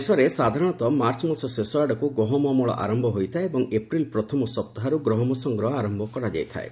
ଦେଶରେ ସାଧାରଣତଃ ମାର୍ଚ୍ଚ ମାସ ଶେଷ ଆଡ଼କୁ ଗହମ ଅମଳ ଆରମ୍ଭ ହୋଇଥାଏ ଓ ଏପ୍ରିଲ୍ ପ୍ରଥମ ସପ୍ତାହରୁ ଗହମ ସଂଗ୍ରହ ଆରମ୍ଭ କରାଯାଇଥାଏ